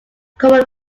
common